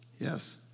Yes